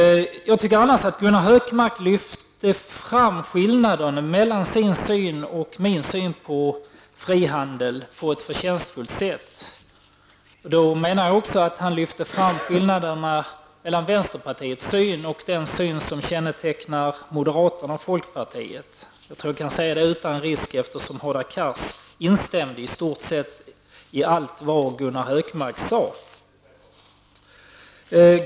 Jag tycker annars att Gunnar Hökmark lyfter fram skillnaden mellan sin syn och min syn på frihandeln på ett förtjänstfullt sätt. Jag menar också att han lyfter fram skillnaden mellan vänsterpartiets sätt att se på frihandeln och det synsätt som kännetecknar moderaterna och folkpartiet. Jag tror att jag kan säga det utan risk eftersom Hadar Cars i stort sett instämde i allt som Gunnar Hökmark sade.